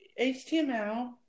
HTML